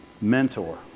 mentor